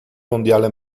mondiale